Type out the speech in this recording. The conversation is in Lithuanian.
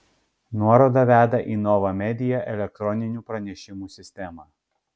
nuoroda veda į nova media elektroninių pranešimų sistemą